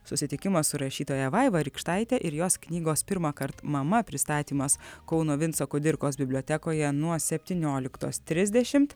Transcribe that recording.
susitikimą su rašytoja vaiva rykštaite ir jos knygos pirmąkart mama pristatymas kauno vinco kudirkos bibliotekoje nuo septynioliktos trisdešim